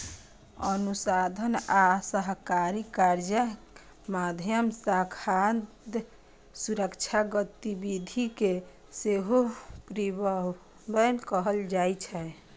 अनुसंधान आ सहकारी कार्यक माध्यम सं खाद्य सुरक्षा गतिविधि कें सेहो प्रीहार्वेस्ट कहल जाइ छै